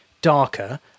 Darker